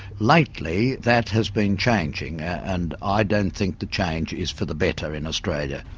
lately that has been changing and i don't think the change is for the better in australia.